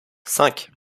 cinq